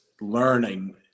learning